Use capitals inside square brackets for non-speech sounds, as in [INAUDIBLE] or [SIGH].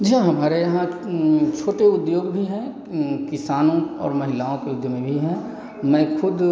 जो हमारे यहाँ छोटे उद्योग भी हैं किसानों और महिलाओं के [UNINTELLIGIBLE] में भी हैं मैं खुद